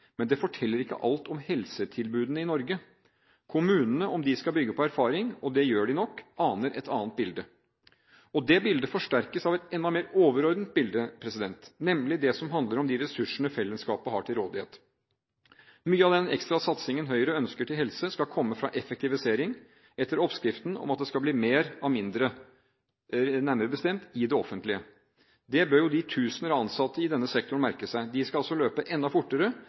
men det forteller ikke alt om helsetilbudene i Norge. Kommunene – om de skal bygge på erfaring, og det gjør de nok – aner et annet bilde, og det bildet forsterkes av et enda mer overordnet bilde, nemlig det som handler om de ressursene fellesskapet har til rådighet. Mye av den ekstra satsingen Høyre ønsker til helse, skal komme fra effektivisering etter oppskriften om at det skal bli mer av mindre – nærmere bestemt i det offentlige. Det bør de tusener av ansatte i denne sektoren merke seg. De skal altså løpe enda fortere